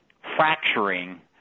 fracturing